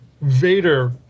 Vader